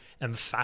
Emphatic